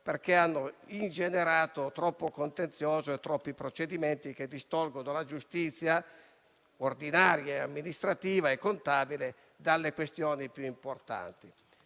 perché hanno ingenerato troppo contenzioso e troppi procedimenti che distolgono la giustizia ordinaria, amministrativa e contabile dalle questioni più importanti.